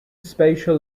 spatial